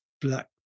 Black